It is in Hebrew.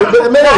נו באמת.